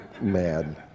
mad